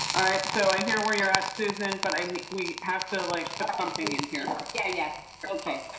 all right. so i hear where you're at, susan, but i, we have to like but something in here. yeah, yeah. okay.